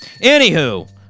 anywho